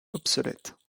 obsolètes